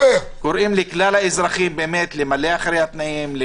לכלל האזרחים מכאן למלא אחרי התנאים,